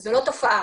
איזו תופעה